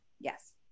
Yes